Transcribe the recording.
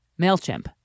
MailChimp